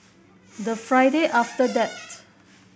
the Friday after that